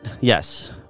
Yes